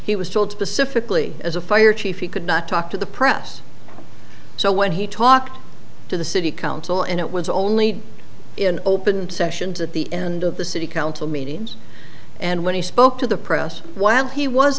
he was told specifically as a fire chief he could not talk to the press so when he talked to the city council and it was only in open session to the end of the city council meetings and when he spoke to the press while he was